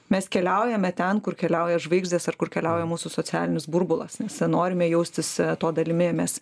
mes keliaujame ten kur keliauja žvaigždės ar kur keliauja mūsų socialinis burbulas nes norime jaustis to dalimi mes